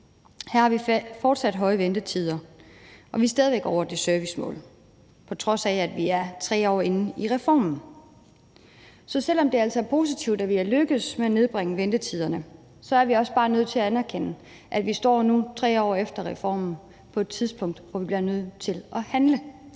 Her har vi fortsat lange ventetider, og vi er stadig væk over det servicemål, på trods af at vi er 3 år inde i reformen. Så selv om det altså er positivt, at vi er lykkedes med at nedbringe ventetiderne, er vi også bare nødt til at anerkende, at vi nu, 3 år efter reformen, står på et tidspunkt, hvor vi bliver nødt til at handle.